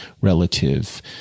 relative